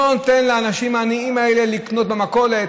לא נותנים לאנשים העניים האלה לקנות במכולת,